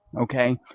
Okay